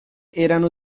erano